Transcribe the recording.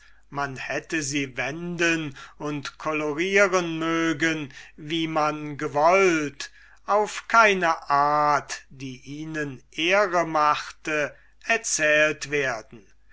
man hätte sie wenden und colorieren mögen wie man gewollt hätte auf keine art die ihnen ehre machte erzählt werden